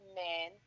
men